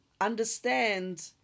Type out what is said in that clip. understand